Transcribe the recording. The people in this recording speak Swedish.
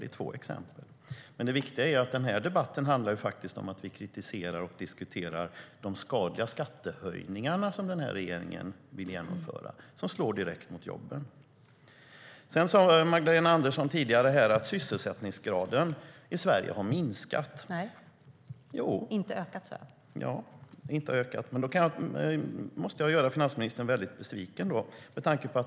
Det är två exempel. Magdalena Andersson sade tidigare att sysselsättningsgraden i Sverige har minskat. Ja, men då måste jag göra finansministern väldigt besviken.